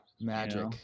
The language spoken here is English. magic